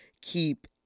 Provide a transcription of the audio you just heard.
keep